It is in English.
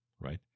right